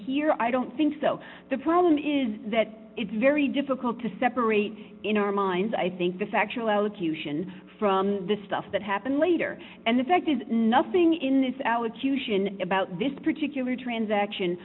here i don't think so the problem is that it's very difficult to separate in our minds i think the factual elocution from the stuff that happened later and the fact is nothing in this allocution about this particular transaction